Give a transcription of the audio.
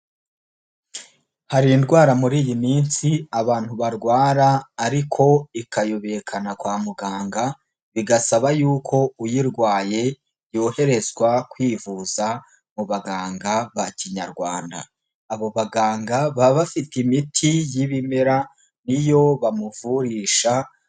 Hari indwara muri iyi minsi abantu barwara ariko ikayobekana kwa muganga, bigasaba y'uko uyirwaye yoherezwa kwivuza mu baganga ba kinyarwanda, abo baganga baba bafite imiti y'ibimera niyo bamuvurisha.